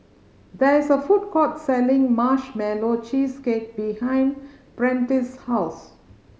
there is a food court selling Marshmallow Cheesecake behind Prentice house